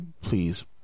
Please